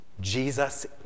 Jesus